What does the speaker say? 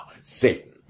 Satan